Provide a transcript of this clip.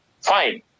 fine